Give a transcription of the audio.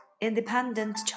Independent